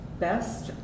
best